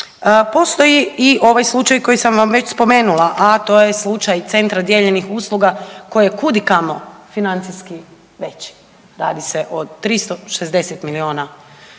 postoji i ovaj slučaj koji sam vam već spomenula, a to je slučaj centra dijeljenih usluga koji je kudikamo financijski veći, radi se o 360 milijuna